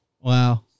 Wow